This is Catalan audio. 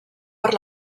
per